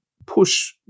push